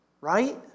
Right